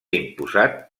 imposat